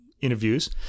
interviews